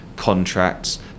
contracts